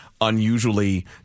Unusually